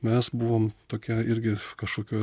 mes buvom tokia irgi kažkokioj